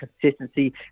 consistency